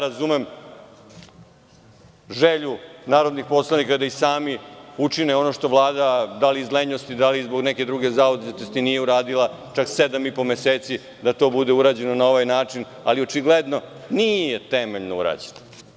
Razumem želju narodnih poslanika da sami učine ono što Vlada, da li iz lenjosti ili zbog neke druge zauzetosti, nije uradila, čak sedam i po meseci, da to bude urađeno na ovaj način, ali očigledno nije temeljno urađeno.